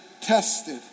tested